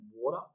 water